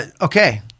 okay